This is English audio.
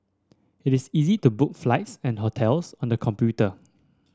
it is easy to book flights and hotels on the computer